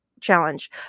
challenge